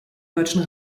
deutschen